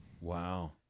Wow